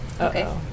Okay